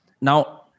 Now